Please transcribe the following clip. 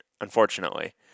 unfortunately